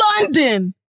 London